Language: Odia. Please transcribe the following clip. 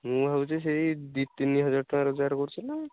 ମୁଁ ଭାବୁଛି ସେଇ ଦୁଇ ତିନି ହଜାର ଟଙ୍କା ରୋଜଗାର କରୁଛି ନା